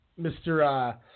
Mr